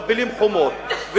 מפילים חומות,